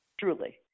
Truly